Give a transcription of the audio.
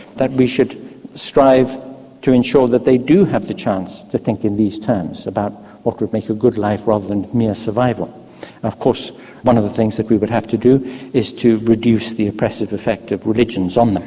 that we should strive to ensure that they do have the chance to think in these terms about what would make a good life, rather than mere survival. now of course one of the things that we would have to do is to reduce the oppressive effect of religions um on